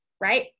right